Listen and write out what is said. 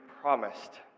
promised